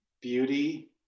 beauty